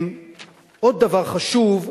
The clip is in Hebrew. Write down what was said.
עוד דבר חשוב,